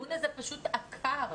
הדיון הזה פשוט עקר.